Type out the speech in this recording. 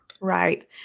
Right